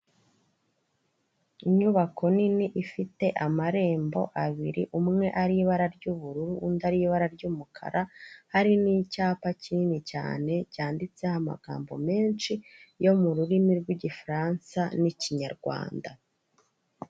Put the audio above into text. Inyubako nini ifite amarembo abiri, umwe ari ibara ry'ubururu undi ari ibara ry'umukara, hari n'icyapa kinini cyane, cyanditseho amagambo menshi, yo mu rurimi rw'igifaransa n'ikinyarwanda.